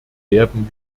werden